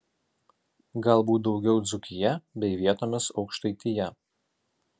galbūt daugiau dzūkija bei vietomis aukštaitija